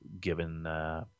Given